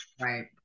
right